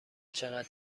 چقدر